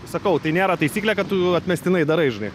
sakau tai nėra taisyklė kad tu atmestinai darai žinai